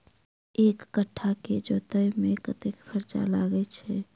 एक कट्ठा केँ जोतय मे कतेक खर्चा लागै छै?